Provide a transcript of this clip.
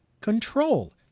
control